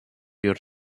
your